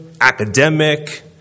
academic